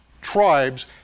tribes